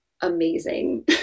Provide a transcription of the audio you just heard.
amazing